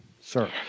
sir